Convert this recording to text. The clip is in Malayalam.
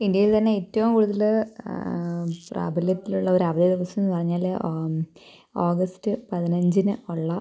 ഇന്ത്യയിൽ തന്നെ ഏറ്റവും കൂടുതൽ പ്രാബല്യത്തിലുള്ളൊരവധി ദിവസമെന്നു പറഞ്ഞാൽ ഓഗസ്റ്റ് പതിനഞ്ചിന് ഉള്ള